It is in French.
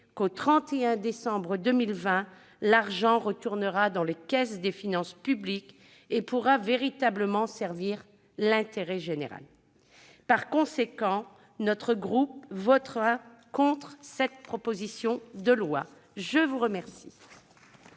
au 31 décembre 2020 dans les caisses des finances publiques où il pourra véritablement servir l'intérêt général. Par conséquent, notre groupe votera contre cette proposition de loi. La parole